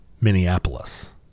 Minneapolis